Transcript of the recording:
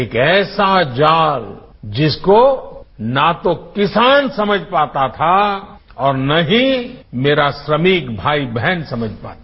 एक ऐसा जाल जिसको न तो किसान समझ पाता था और न ही मेरे श्रमिक भाई बहन समझ पाते